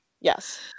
Yes